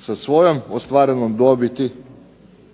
sa svojom ostvarenom dobiti